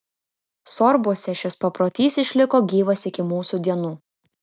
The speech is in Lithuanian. sorbuose šis paprotys išliko gyvas iki mūsų dienų